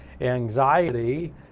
anxiety